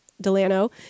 Delano